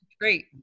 great